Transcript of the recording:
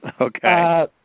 Okay